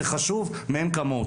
זה חשוב מאין כמוהו.